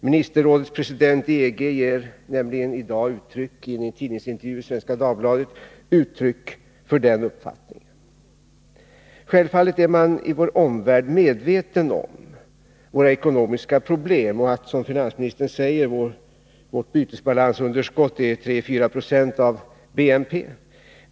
Ministerrådets president i EG ger nämligen i dag i en intervju i Svenska Dagbladet uttryck för den uppfattningen. Självfallet är man i vår omvärld medveten om våra ekonomiska problem och att, som finansministern säger, vårt bytesbalansunderskott är 3-4 96 av BNP.